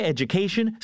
Education